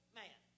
man